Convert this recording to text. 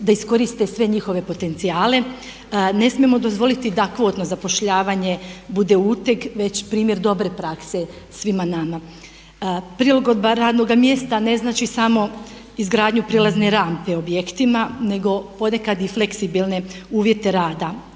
da iskoriste sve njihove potencijale. Ne smijemo dozvoliti da kvotno zapošljavanje bude uteg već primjer dobre prakse svima nama. Prilog … radnoga mjesta ne znači samo izgradnju prilazne rampe objektima nego ponekad i fleksibilne uvjete rada,